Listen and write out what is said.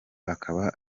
akaba